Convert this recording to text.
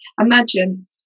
imagine